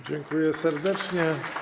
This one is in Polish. Dziękuję serdecznie.